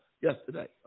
yesterday